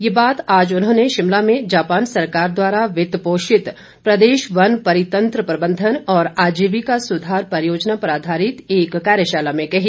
ये बात आज उन्होंने शिमला में जापान सरकार द्वारा वित्त पोषित प्रदेश वन परितंत्र प्रबंधन और आजीविका सुधार परियोजना पर आधारित एक कार्यशाला में कही